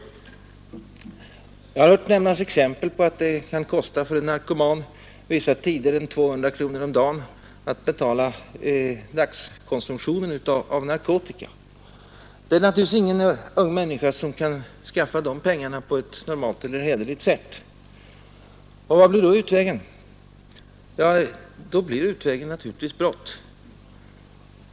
Jag har hört nämnas exempel på att dagskonsumtionen för en narkoman vissa tider kan kosta 200 kronor. Det är naturligtvis ingen ung människa som kan skaffa de pengarna på ett normalt eller hederligt sätt. Vad blir då utvägen? Utvägen blir naturligtvis brott.